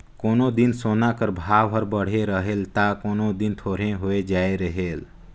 कोनो दिन सोना कर भाव हर बढ़े रहेल ता कोनो दिन थोरहें होए जाए रहेल